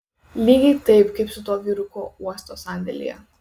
lygiai taip kaip su tuo vyruku uosto sandėlyje